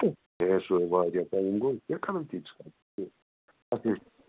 ہے سُہ ۂے واریاہ ٹایِم گوٚو أسۍ کیٛاہ کَرَو تیٖتِس کالَس